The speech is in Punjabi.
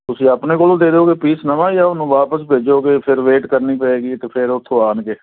ਤੁਸੀਂ ਆਪਣੇ ਕੋਲੋਂ ਦੇ ਦਿਓਗੇ ਪੀਸ ਨਵਾਂ ਜਾ ਉਹਨੂੰ ਵਾਪਿਸ ਭੇਜੋਗੇ ਫਿਰ ਵੇਟ ਕਰਨੀ ਪਵੇਗੀ ਅਤੇ ਫਿਰ ਉੱਥੋਂ ਆਣਗੇ